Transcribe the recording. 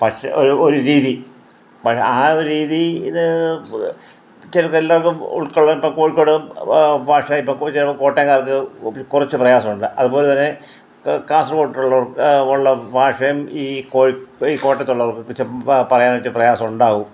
പക്ഷേ ഒരു ഒരു രീതി പക്ഷേ ആ ഒരു രീതി ഇത് ചിലപ്പോൾ എല്ലാവർക്കും ഉൾകൊള്ളാൻ ഇപ്പം കോഴിക്കോട് ഭാഷ ഇപ്പം ചിലപ്പം കോട്ടയംകാർക്ക് കുറച്ച് പ്രയാസമുണ്ട് അതുപ്പോലെ തന്നെ കാ കാസർകോടുള്ളവർക്ക് ഉള്ള ഭാഷ ഈ കോഴിക്കോട് ഈ കോട്ടയത്തുള്ളവർക്ക് പറയാനായിട്ട് പ്രയാസം ഉണ്ടാവും